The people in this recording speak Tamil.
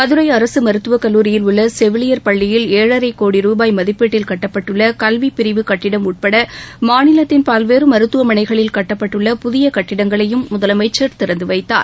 மதுரை அரசு மருத்துவக் கல்லூரில் உள்ள செவிலியர் பள்ளியில் ஏழரை கோடி ரூபாய் மதிப்பீட்டில் கட்டப்பட்டுள்ள கல்விப் பிரிவு கட்டிடம் உட்பட மாநிலத்தின் பல்வேறு மருத்துவமனைகளில் கட்டப்பட்டுள்ள புதிய கட்டிடங்களையும் முதலமைச்சர் திறந்து வைத்தார்